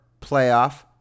Playoff